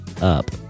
up